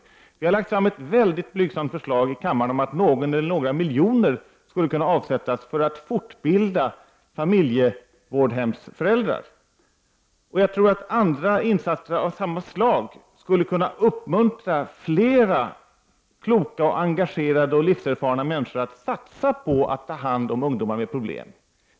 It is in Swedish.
Vi har lagt fram ett mycket blygsamt förslag i kammaren om att avsätta någon eller några miljoner kro nor till fortbildning av föräldrarna i familjehemsvården. Jag tror att även andra insatser av samma slag skulle kunna uppmuntra flera kloka, engagerade och livserfarna människor att satsa på att ta hand om ungdomar med problem.